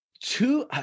two